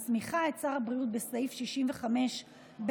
מסמיכה את שר הבריאות בסעיף 65ב(5),